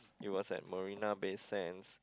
it was at Marina-Bay-Sands